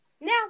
Now